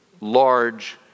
large